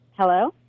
Hello